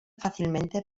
fácilmente